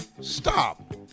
stop